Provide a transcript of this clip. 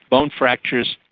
bone fractures,